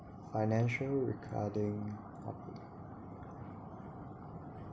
financial recording copy